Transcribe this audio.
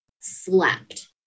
slept